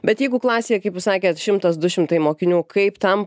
bet jeigu klasėje kaip jūs sakėt šimtas du šimtai mokinių kaip tam